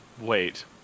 wait